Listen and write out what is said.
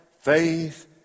Faith